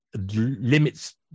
Limits